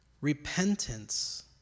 Repentance